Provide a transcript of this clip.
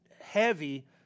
heavy